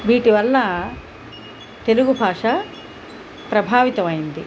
వీటివల్ల తెలుగు భాష ప్రభావితమైంది